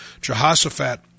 Jehoshaphat